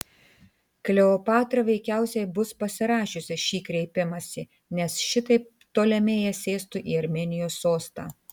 kleopatra veikiausiai bus pasirašiusi šį kreipimąsi nes šitaip ptolemėjas sėstų į armėnijos sostą